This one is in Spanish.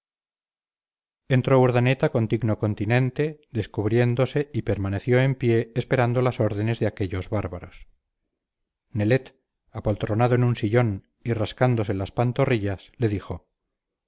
tagarotes entró urdaneta con digno continente descubriéndose y permaneció en pie esperando las órdenes de aquellos bárbaros nelet apoltronado en un sillón y rascándose las pantorrillas le dijo